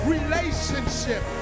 Relationship